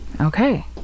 Okay